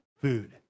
food